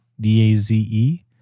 D-A-Z-E